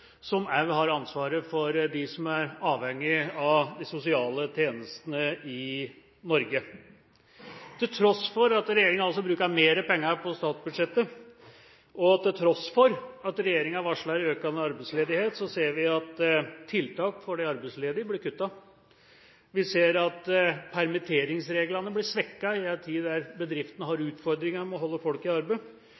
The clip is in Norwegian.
som også har ansvaret for dem som er avhengig av de sosiale tjenestene i Norge. Til tross for at regjeringa altså bruker mer penger på statsbudsjettet, og til tross for at regjeringa varsler økende arbeidsledighet, ser vi at tiltak for de arbeidsledige blir kuttet. Vi ser at permitteringsreglene blir svekket i en tid der bedriftene har